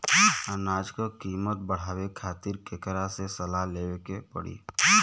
अनाज क कीमत बढ़ावे खातिर केकरा से सलाह लेवे के पड़ी?